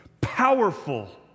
powerful